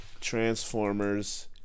transformers